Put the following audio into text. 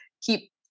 keep